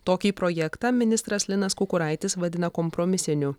tokį projektą ministras linas kukuraitis vadina kompromisiniu